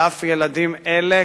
ואף ילדים אלה,